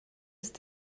ist